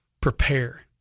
prepare